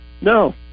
No